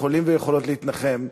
יכולים ויכולות להתנחם: